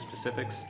specifics